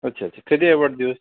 अच्छा अच्छा कधी आहे वाढदिवस